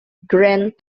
grand